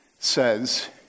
says